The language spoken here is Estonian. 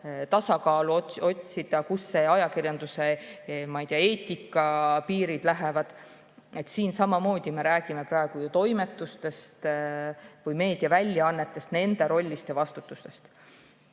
tasakaalu otsida ja kus ajakirjanduseetika piirid lähevad. Siin me samamoodi räägime praegu ju toimetustest või meediaväljaannetest, nende rollist ja vastutusest.